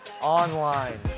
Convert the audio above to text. online